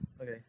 Okay